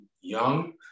young